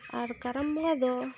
ᱟᱨ ᱠᱟᱨᱟᱢ ᱵᱚᱸᱜᱟ ᱫᱚ